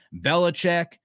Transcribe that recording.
Belichick